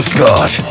Scott